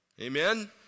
Amen